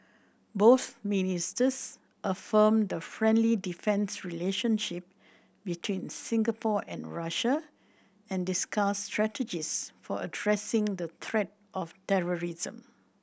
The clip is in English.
both ministers affirmed the friendly defence relationship between Singapore and Russia and discussed strategies for addressing the threat of terrorism